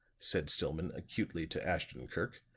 said stillman, acutely, to ashton-kirk,